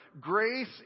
Grace